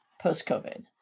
post-COVID